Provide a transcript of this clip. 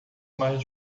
mais